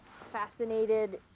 fascinated